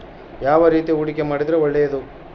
ಯಾವ ರೇತಿ ಹೂಡಿಕೆ ಮಾಡಿದ್ರೆ ಒಳ್ಳೆಯದು?